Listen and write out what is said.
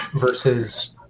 versus